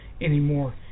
anymore